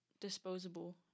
disposable